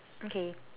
okay